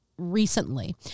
Recently